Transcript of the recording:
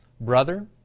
brother